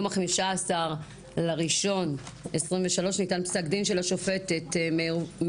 ביום ה-15.1.23 ניתן פסק דין של השופטת מאירוביץ'